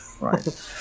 Right